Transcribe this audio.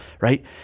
right